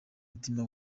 mutima